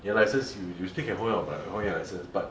your license you you still can hold onto your license but